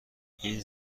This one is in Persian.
این